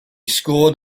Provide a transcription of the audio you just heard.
scored